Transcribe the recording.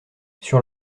sur